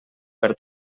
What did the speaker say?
per